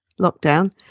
lockdown